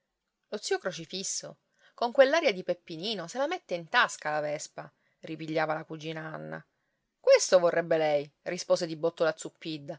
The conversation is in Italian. lo zio crocifisso con quell'aria di peppinino se la mette in tasca la vespa ripigliava la cugina anna questo vorrebbe lei rispose di botto la